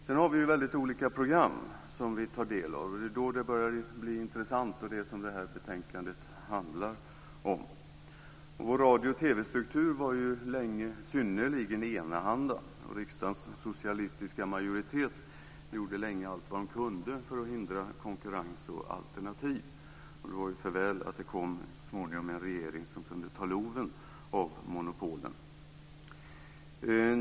Sedan har vi väldigt olika program som vi tar del av. Det är då det börjar bli intressant, och det är det som detta betänkande handlar om. Vår radio och TV-struktur var länge synnerligen enahanda. Riksdagens socialistiska majoritet gjorde länge allt vad den kunde för att hindra konkurrens och alternativ. Det var för väl att det så småningom kom en regering som kunde ta loven av monopolen.